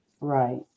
Right